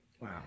Wow